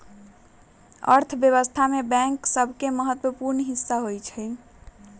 अर्थव्यवस्था में बैंक सभके महत्वपूर्ण हिस्सा होइ छइ